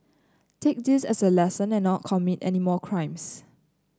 take this as a lesson and not commit any more crimes